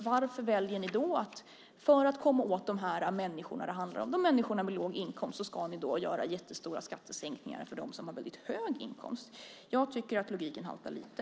Varför väljer ni då, för att komma åt de människor det handlar om, de som har låg inkomst, att göra jättestora skattesänkningar för dem som har väldigt hög inkomst? Jag tycker att logiken haltar lite.